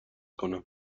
کنم